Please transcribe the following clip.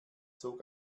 zog